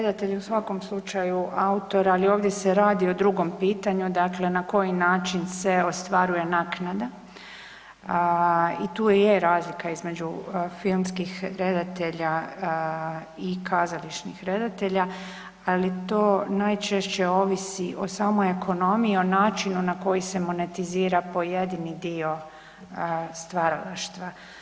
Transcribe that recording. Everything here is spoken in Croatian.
Redatelj je u svakom slučaju autor, ali ovdje se radi o drugom pitanju, dakle na koji način se ostvaruje naknada i tu i je razlika između filmskih redatelja i kazališnih redatelja, ali to najčešće ovisi o samoj ekonomiji, o načinu na koji se monetizira pojedini dio stvaralaštva.